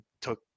Took